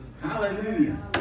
Hallelujah